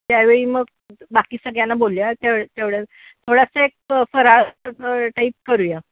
त्यावेळी मग बाकी सगळ्यांना बोलवूया तेव तेवढ्या थोडासा एक फराळ टाईप करूया